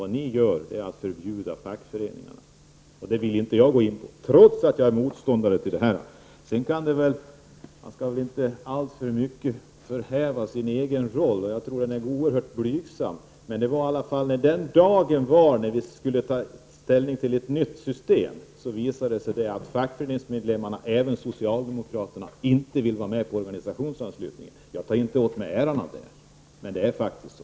Vad ni vill göra är att förbjuda fackföreningarna att göra vissa saker, och det vill jag inte vara med om, trots att jag är motståndare till kollektivanslutningen. Jag skall inte framhäva min egen roll, för jag tror att den är oerhört blygsam. Men den dagen vi i fackföreningen skulle ta ställning till ett nytt system visade det sig att medlemmarna, även socialdemokraterna, inte ville vara med om organisationsanslutning. Jag tar inte åt mig äran av det, men det är faktiskt så.